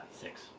Six